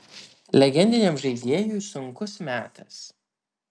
legendiniam žaidėjui sunkus metas